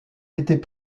était